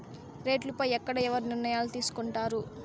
రేట్లు పై ఎక్కడ ఎవరు నిర్ణయాలు తీసుకొంటారు?